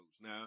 now